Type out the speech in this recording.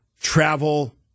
travel